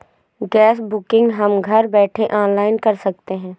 gas booking हम घर बैठे ऑनलाइन कर सकते है